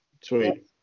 Sweet